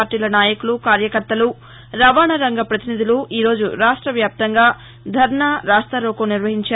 పార్టీల నాయకులు కార్యకర్తలు రవాణా రంగ పతినిధులు ఈ రోజు రాష్ట వ్యాప్తంగా ధర్నా రాస్తారోకో నిర్వహించారు